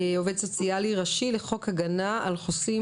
עובד סוציאלי ראשי לחוק הגנה על חוסים,